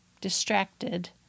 distracted